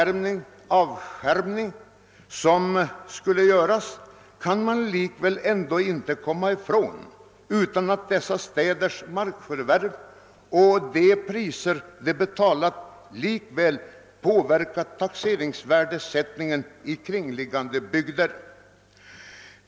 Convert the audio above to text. Trots den avskärmning som sålunda skulle ske kan man inte komma ifrån att dessa städers markförvärv och de priser städerna betalat har påverkat taxeringsvärdesättningen i kringliggande bygder.